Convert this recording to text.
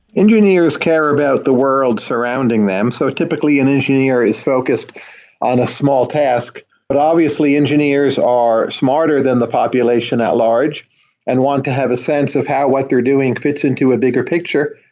engineers care about the world surrounding them. so typically, an engineer is focused on a small task, but obviously engineers are smarter than the population at large and want to have a sense of how what you're doing fits into a bigger picture.